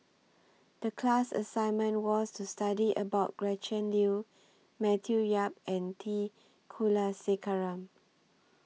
The class assignment was to study about Gretchen Liu Matthew Yap and T Kulasekaram